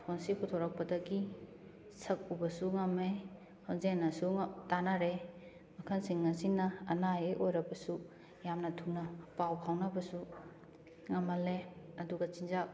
ꯐꯣꯟꯁꯤ ꯄꯨꯊꯣꯔꯛꯄꯗꯒꯤ ꯁꯛ ꯎꯕꯁꯨ ꯉꯝꯃꯦ ꯈꯣꯟꯖꯦꯜꯅꯁꯨ ꯇꯥꯅꯔꯦ ꯃꯈꯜꯁꯤꯡ ꯑꯁꯤꯅ ꯑꯅꯥ ꯑꯌꯦꯛ ꯑꯣꯏꯔꯛꯄꯁꯨ ꯌꯥꯝꯅ ꯊꯨꯅ ꯄꯥꯎ ꯐꯥꯎꯅꯕꯁꯨ ꯉꯝꯍꯜꯂꯦ ꯑꯗꯨꯒ ꯆꯤꯟꯖꯥꯛ